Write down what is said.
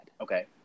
Okay